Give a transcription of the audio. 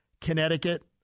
Connecticut